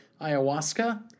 ayahuasca